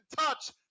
touch